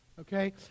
Okay